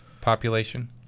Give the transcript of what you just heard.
population